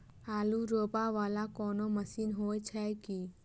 आलु रोपा वला कोनो मशीन हो छैय की?